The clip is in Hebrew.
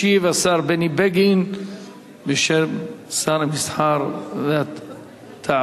ישיב השר בני בגין בשם שר המסחר והתעסוקה.